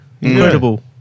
Incredible